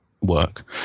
work